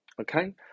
okay